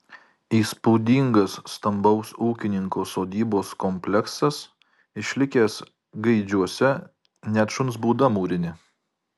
įspūdingas stambaus ūkininko sodybos kompleksas išlikęs gaidžiuose net šuns būda mūrinė